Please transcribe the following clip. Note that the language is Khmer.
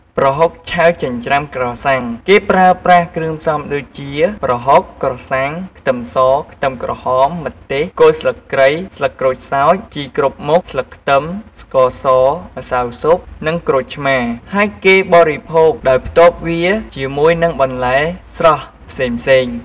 ប្រហុកឆៅចិញ្ច្រាំក្រសាំង គេប្រើប្រាស់គ្រឿងផ្សំដូចជា ប្រហុក ក្រសាំង ខ្ទឹមស ខ្ទឹមក្រហម ម្ទេស គល់ស្លឹកគ្រៃ ស្លឹកក្រូចសើច ជីគ្រប់មុខ ស្លឹកខ្ទឹម ស្ករស ម្សៅស៊ុប និងក្រូចឆ្មារ ហើយគេបរិភោគដោយផ្ទាប់វាជាមួយនិងបន្លែស្រស់ផ្សេងៗ។